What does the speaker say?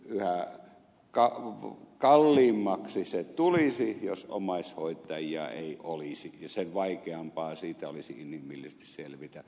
ikääntyvässä yhteisössämme yhä kalliimmaksi se tulisi jos omaishoitajia ei olisi ja sen vaikeampaa siitä olisi inhimillisesti selvitä